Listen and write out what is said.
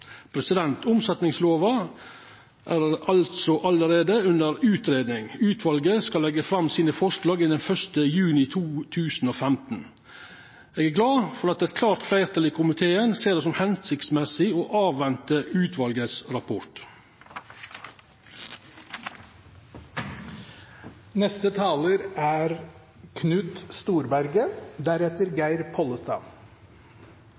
Omsetningslova er altså allereie under utgreiing. Utvalet skal leggja fram forslaga sine innan 1. juni 2015. Eg er glad for at eit klårt fleirtal i komiteen ser det som tenleg å